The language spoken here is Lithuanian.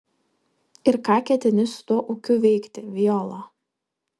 ir ką ketini su tuo ūkiu veikti viola